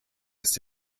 ist